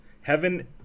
heaven